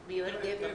גבע.